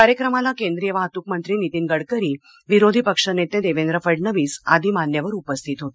कार्यक्रमाला केंद्रीय वाहतूकमंत्री नितीन गडकरी विरोधी पक्षनेते देवेंद्र फडणवीस आदी मान्यवर उपस्थित होते